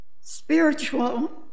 spiritual